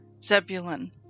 Zebulun